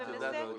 את יודעת הכל.